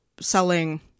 selling